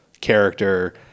character